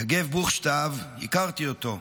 יגב בוכשטב, הכרתי אותו.